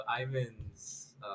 Ivan's